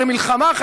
הרי מלחמה בעזה,